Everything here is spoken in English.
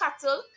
cattle